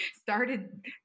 started